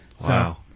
Wow